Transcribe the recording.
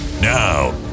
Now